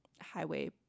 highway